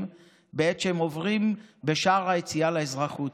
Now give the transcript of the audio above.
ולמוך בהם בעת שהם עוברים בשער היציאה לאזרחות,